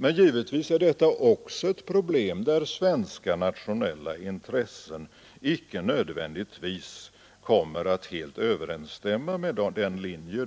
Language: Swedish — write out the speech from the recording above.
Men givetvis är också detta ett problem, där svenska nationella intressen icke nödvändigtvis kommer att helt överensstämma med den linje